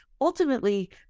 ultimately